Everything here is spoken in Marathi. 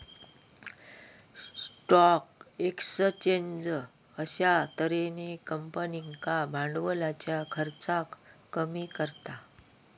स्टॉक एक्सचेंज अश्या तर्हेन कंपनींका भांडवलाच्या खर्चाक कमी करता